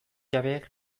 jabeek